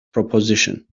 proposition